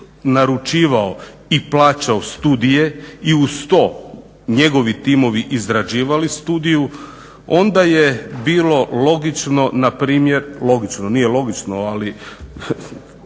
naručivao i plaćao studije i uz to njegovi timovi izrađivali studiju onda je bilo logično npr., logično, nije logično ali